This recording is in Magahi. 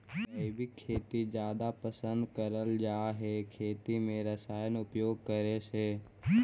जैविक खेती जादा पसंद करल जा हे खेती में रसायन उपयोग करे से